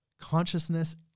consciousness